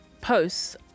posts